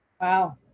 Wow